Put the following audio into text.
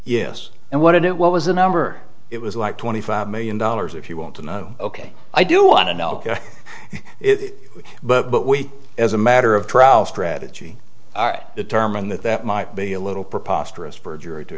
yes and what did it what was the number it was like twenty five million dollars if you want to know ok i do want to know it but we as a matter of trial strategy determine that that might be a little purpose for us perjury to